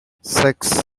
six